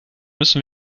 müssen